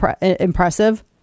impressive